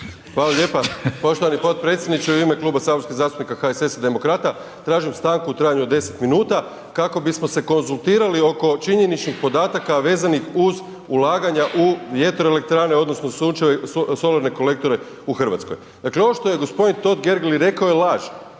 Hvala lijepa. Poštovani potpredsjedniče u ime Kluba saborskih zastupnika HSS demokrata tražim stanku u trajanju od 10 minuta kako bismo se konzultirali oko činjeničnih podataka vezanih uz ulaganja u vjetroelektrane odnosno solarne kolektore u Hrvatskoj. Dakle ovo što je gospodin Totgergeli rekao je laž,